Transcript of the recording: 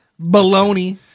Baloney